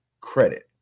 credit